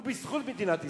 הוא בזכות מדינת ישראל.